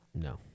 No